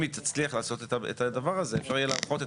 היא תצליח לעשות את הדבר זה אפשר יהיה להנחות את